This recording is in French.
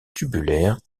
tubulaire